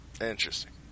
Interesting